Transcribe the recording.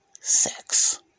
sex